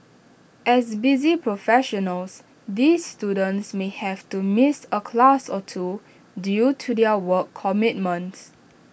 as busy professionals these students may have to miss A class or two due to their work commitments